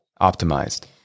optimized